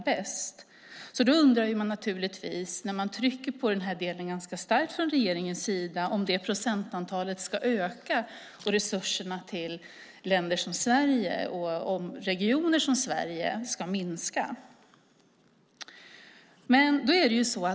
När regeringen ganska starkt trycker på denna del kan man naturligtvis undra om procentantalet ska öka och om resurserna till länder och regioner, till exempel Sverige, ska minska.